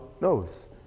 knows